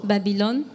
Babylon